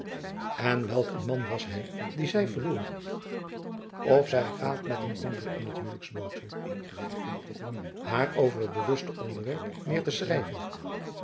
en welk een man was hij dien zij verloor of zij gaat met een anderen in t huwelijksbootje haar over t bewuste onderwerp meer te schrijven